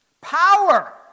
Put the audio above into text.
Power